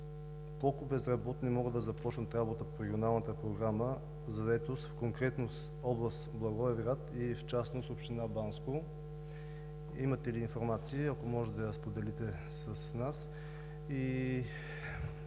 колко безработни могат да започнат работа по Регионалната програма за заетост конкретно в област Благоевград и в частност община Банско? Имате ли информация и ако може да я споделите с нас?